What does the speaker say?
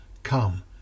Come